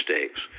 mistakes